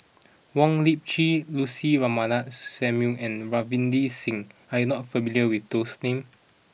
Wong Lip Chin Lucy Ratnammah Samuel and Ravinder Singh are you not familiar with those names